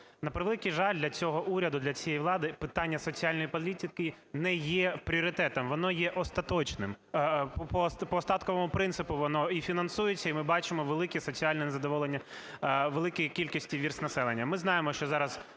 На превеликий жаль, для цього уряду, для цієї влади питання соціальної політики не є пріоритетом, воно є остаточним, по остатковому принципу воно і фінансується, і ми бачимо велике соціальне незадоволення великої кількості верств населення.